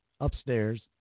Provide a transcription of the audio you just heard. upstairs